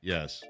Yes